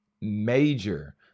major